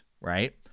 right